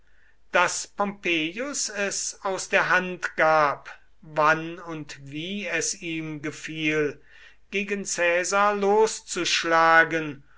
daß pompeius es aus der hand gab wann und wie es ihm gefiel gegen caesar loszuschlagen